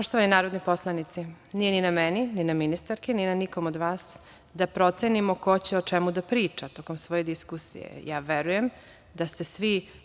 Poštovani narodni poslanici, nije na meni, ni na ministarki, ni na nikom od vas, da procenimo ko će o čemu da priča tokom svoje diskusije, verujem da ste svi